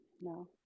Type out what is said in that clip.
no